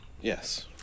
Yes